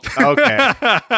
okay